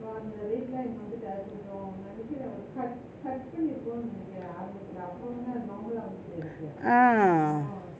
ah